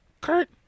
Kurt